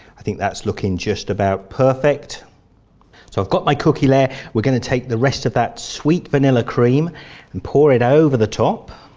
i think that's looking just about perfect so i've got my cookie layer we're going to take the rest of that sweet vanilla cream and pour it over the top.